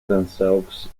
themselves